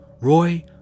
Roy